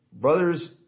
brothers